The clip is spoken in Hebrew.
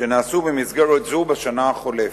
שנעשו במסגרת זו בשנה החולפת: